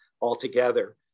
altogether